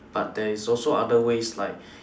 but there is also other ways like